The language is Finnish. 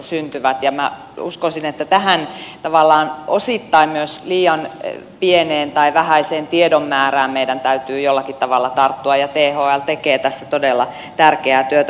minä uskoisin että tähän tavallaan osittain myös liian pieneen tai vähäiseen tiedon määrään meidän täytyy jollakin tavalla tarttua ja thl tekee tässä todella tärkeää työtä